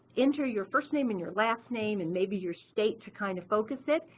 enter your first name and your last name and maybe your state to kind of focus it,